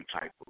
type